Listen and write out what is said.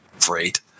great